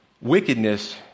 wickedness